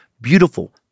beautiful